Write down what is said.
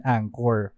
Angkor